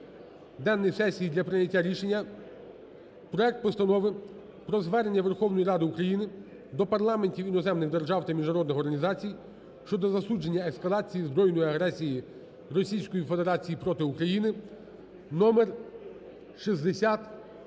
денний сесії для прийняття рішення проект Постанови про Звернення Верховної Ради України до парламентів іноземних держав та міжнародних організацій щодо засудження ескалації збройної агресії Російської Федерації проти України (№6039).